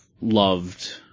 loved